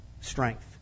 strength